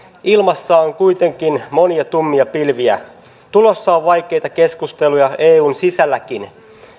ilmassa on kuitenkin monia tummia pilviä tulossa on vaikeita keskusteluja eun sisälläkin